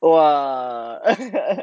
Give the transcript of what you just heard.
!wah!